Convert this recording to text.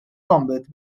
combat